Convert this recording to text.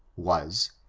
was,